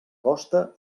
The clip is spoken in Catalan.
costa